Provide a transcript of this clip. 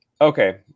okay